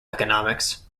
economics